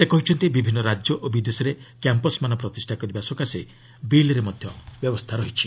ସେ କହିଛନ୍ତି ବିଭିନ୍ନ ରାଜ୍ୟ ଓ ବିଦେଶରେ କ୍ୟାମ୍ପସ୍ମାନ ପ୍ରତିଷ୍ଠା କରିବା ସକାଶେ ବିଲ୍ରେ ମଧ୍ୟ ବ୍ୟବସ୍ଥା ଅଛି